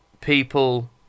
people